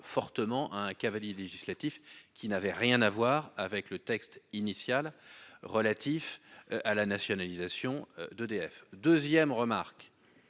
fortement à un cavalier législatif, qui n'avait rien à voir avec le texte initial relatif à la nationalisation d'EDF 2ème remarque.